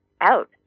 out